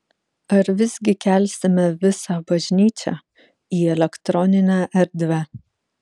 ar visgi kelsime visą bažnyčią į elektroninę erdvę